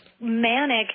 manic